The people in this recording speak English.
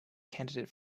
candidate